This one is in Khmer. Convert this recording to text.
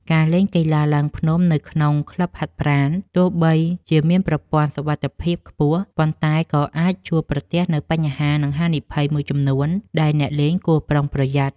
ការលេងកីឡាឡើងភ្នំនៅក្នុងក្លឹបហាត់ប្រាណ ទោះបីជាមានប្រព័ន្ធសុវត្ថិភាពខ្ពស់ ប៉ុន្តែក៏អាចជួបប្រទះនូវបញ្ហា និងហានិភ័យមួយចំនួនដែលអ្នកលេងគួរប្រុងប្រយ័ត្ន។